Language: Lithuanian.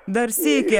dar sykį